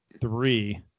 three